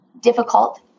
difficult